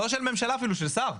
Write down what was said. לא של ממשלה אפילו, של שר.